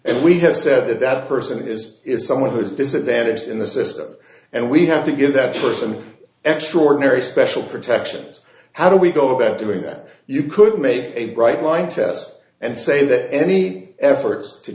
and we have said that that person is someone who is disadvantaged in the system and we have to give that person extraordinary special protections how do we go about doing that you could make a bright line test and say that any efforts to